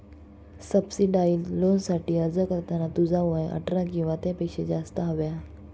subsidised लोनसाठी अर्ज करताना तुझा वय अठरा किंवा त्यापेक्षा जास्त हव्या